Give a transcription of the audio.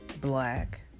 black